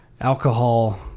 alcohol